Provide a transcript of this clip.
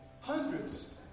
Hundreds